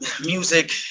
music